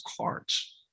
cards